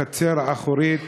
בחצר האחורית